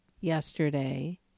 yesterday